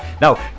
Now